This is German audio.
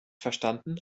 verstanden